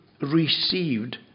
received